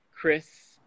Chris